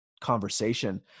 conversation